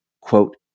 quote